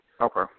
Okay